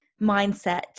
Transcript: mindset